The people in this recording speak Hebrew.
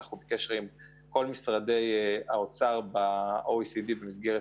אנחנו בקשר עם כל משרדי האוצר ב-OECD במסגרת